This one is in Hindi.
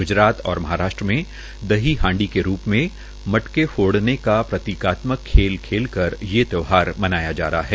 ग्जरात और महाराष्ट्र में दही हांडी के रूप में मटके फोड़ने का प्रतीकत्मक खेल खेलकर ये त्यौहार मनाया जा रहा है